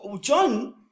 John